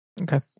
Okay